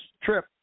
trip